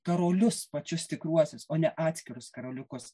karolius pačius tikruosius o ne atskirus karoliukus